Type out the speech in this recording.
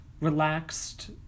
relaxed